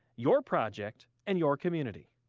your project and your community.